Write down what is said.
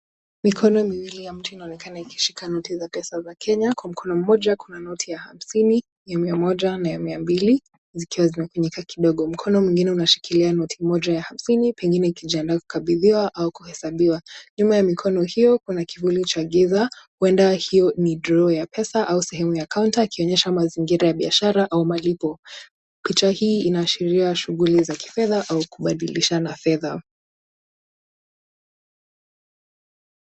Mikono miwili ya mtu inaonekana ikishika noti za pesa za Kenya kwa mkono moja kuna noti ya hamsini, ya mia moja na mia mbili zikiwa zime finyika kidogo, mkono mwingine una shikilia noti moja ya hamsini pengine kujabiliwa au kuhesabiwa. Nyuma ya miko hiyo kuna kifuli cha giza huenda hio ni draw ya pesa au sehemu ya kaunta iki onyesha mazingira ya biashara au malipo. Picha hii inaashiria shughuli za kifedha au kubadilishana fedha.